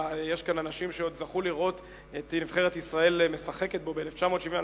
ויש כאן אנשים שעוד זכו לראות את נבחרת ישראל משחקת בו ב-1970.